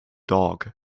dog